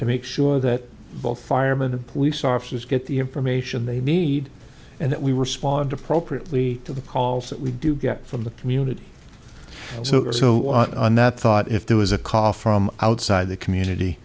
to make sure that both firemen and police officers get the information they need and that we respond appropriately to the calls that we do get from the community and so on that thought if there was a call from outside the community